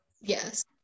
Yes